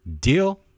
Deal